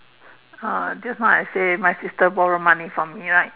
uh just now say my sister borrow money from me right